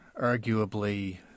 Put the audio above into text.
arguably